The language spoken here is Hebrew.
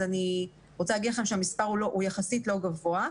אני רוצה להגיד לכם שהמספר יחסית לא גבוה,